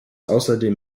außerdem